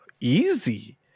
easy